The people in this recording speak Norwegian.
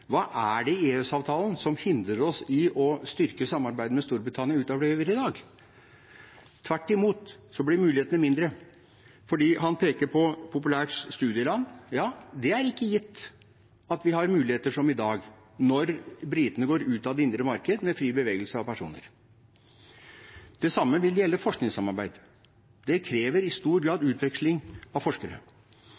Hva er det i EØS-avtalen som hindrer oss i å styrke samarbeidet med Storbritannia utover det vi har i dag? Tvert imot blir mulighetene mindre. Han peker på at det er et populært studieland. Ja, det er ikke gitt at vi har muligheter som i dag når britene går ut av det indre marked, med fri bevegelse av personer. Det samme vil gjelde forskningssamarbeid. Det krever i stor grad